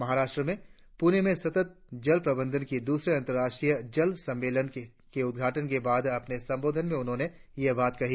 महाराष्ट्र में पुणे में सतत जल प्रबंधन पर द्रसरे अंतर्राष्ट्रीय जल सम्मेलन के उद्घाटन के बाद अपने संबोधन में उन्होंने यह बात कही